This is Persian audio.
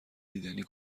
دیدنی